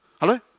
hello